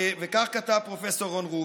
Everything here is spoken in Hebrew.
וכך כתב פרופ' רון רובין: